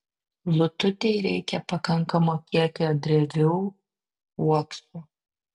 lututei reikia pakankamo kiekio drevių uoksų